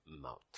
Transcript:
mouth